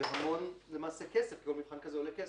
והרבה כסף כי כל מבחן כזה עולה כסף.